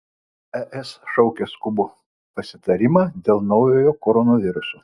es šaukia skubų pasitarimą dėl naujojo koronaviruso